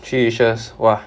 three wishes !wah!